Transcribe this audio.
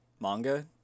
Manga